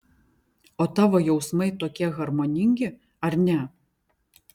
o tavo jausmai tokie harmoningi ar ne